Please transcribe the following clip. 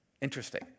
Interesting